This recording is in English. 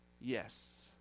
yes